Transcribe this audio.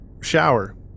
shower